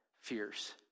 fears